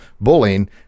bullying